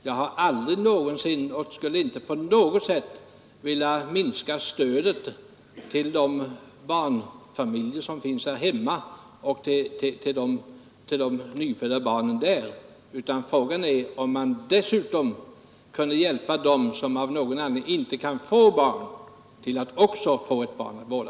Jag har aldrig någonsin velat och skulle inte på något sätt vilja minska stödet till de barnfamiljer som finns här hemma och till de nyfödda barnen här, utan frågan är om man dessutom kunde hjälpa dem som av någon anledning inte kan få egna barn att också få ett barn att vårda.